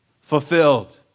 Fulfilled